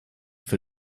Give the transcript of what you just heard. für